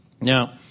Now